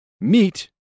meet